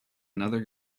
another